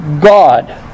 God